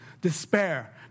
despair